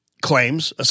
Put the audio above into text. claims